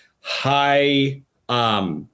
high –